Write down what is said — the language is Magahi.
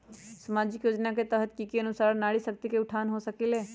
सामाजिक योजना के तहत के अनुशार नारी शकति का उत्थान हो सकील?